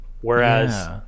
Whereas